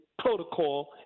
protocol